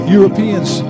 Europeans